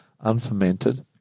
unfermented